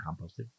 composted